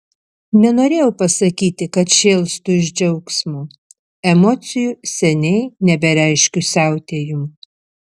nenorėjau pasakyti kad šėlstu iš džiaugsmo emocijų seniai nebereiškiu siautėjimu